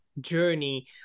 journey